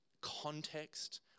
context